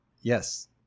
Yes